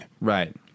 Right